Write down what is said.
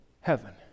heaven